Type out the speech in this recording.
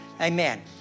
Amen